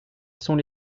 sont